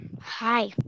Hi